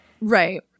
right